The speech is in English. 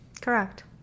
Correct